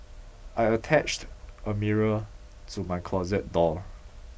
I attached a mirror to my closet door